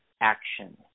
action